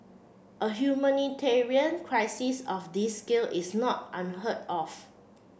a humanitarian crisis of this scale is not unheard of